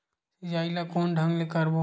सिंचाई ल कोन ढंग से करबो?